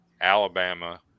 Alabama